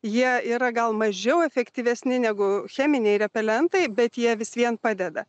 jie yra gal mažiau efektyvesni negu cheminiai repelentai bet jie vis vien padeda